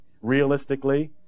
realistically